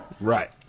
Right